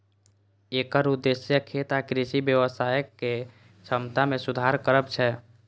एकर उद्देश्य खेत आ कृषि व्यवसायक दक्षता मे सुधार करब छै